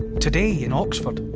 today in oxford,